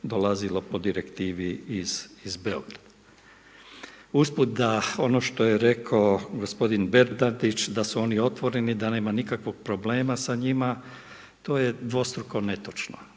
dolazilo po direktivi iz Beograda. Usput da ono što je rekao gospodin Bernardić da su oni otvoreni, da nema nikakvog problema sa njima, to je dvostruko netočno.